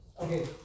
Okay